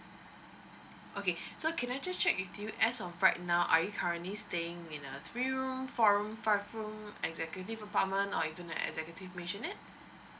okay so can I just check with you as of right now are you currently staying in a three room four room five room executive apartment or even a executive mansionette